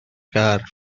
gar